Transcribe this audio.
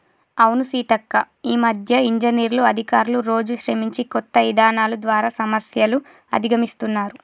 అవును సీతక్క ఈ మధ్య ఇంజనీర్లు అధికారులు రోజు శ్రమించి కొత్త ఇధానాలు ద్వారా సమస్యలు అధిగమిస్తున్నారు